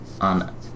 on